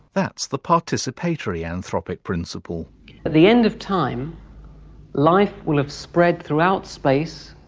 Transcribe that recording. that's the participatory anthropic principle. at the end of time life will have spread throughout space,